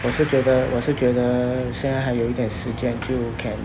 我是觉得我是觉得现在还有一段时间就 can